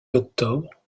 octobre